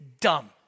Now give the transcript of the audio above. dumb